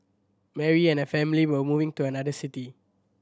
Mary and her family were moving to another city